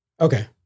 Okay